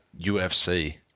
UFC